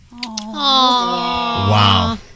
wow